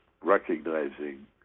recognizing